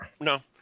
No